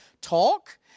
talk